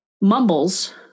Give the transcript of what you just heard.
mumbles